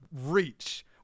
reach